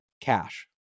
Cash